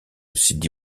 sidi